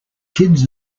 kids